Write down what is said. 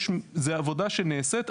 זה עבודה שנעשית,